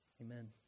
Amen